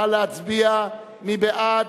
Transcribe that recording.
נא להצביע, מי בעד?